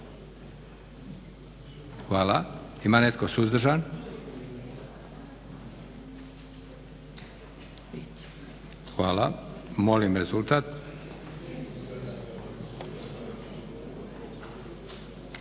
Hvala. Ima netko suzdržan? Hvala. Molim rezultat.